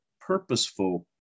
purposeful